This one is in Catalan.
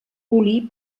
polir